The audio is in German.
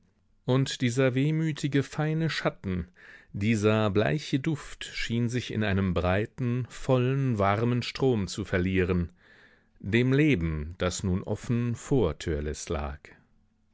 und dieser wehmütige feine schatten dieser bleiche duft schien sich in einem breiten vollen warmen strom zu verlieren dem leben das nun offen vor törleß lag